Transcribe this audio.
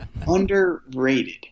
Underrated